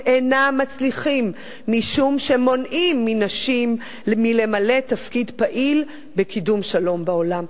אינם מצליחים משום שמונעים מנשים למלא תפקיד פעיל בקידום שלום בעולם.